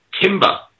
timber